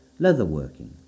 leatherworking